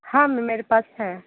हाँ मैम मेरे पास है